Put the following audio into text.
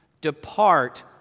Depart